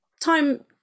Time